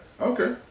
Okay